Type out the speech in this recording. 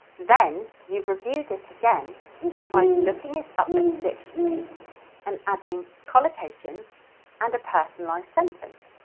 then, you've reviewed it again by looking it up in a dictionary and adding collocations and a personalized sentence.